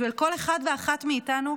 בשביל כל אחד ואחת מאתנו,